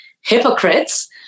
hypocrites